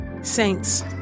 Saints